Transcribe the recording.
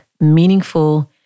meaningful